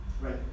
right